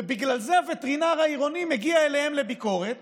ובגלל זה הווטרינר העירוני מגיע אליהם לביקורת